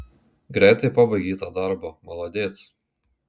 greitai pabaigė tą darbą maladėc